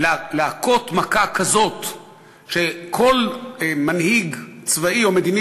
להכות מכה כזאת שכל מנהיג צבאי או מדיני